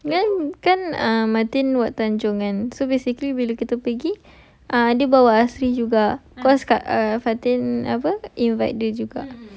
then kan err martin dekat tanjong kan so basically bila kita pergi dia bawa asri juga cause kak fatin apa invite dia juga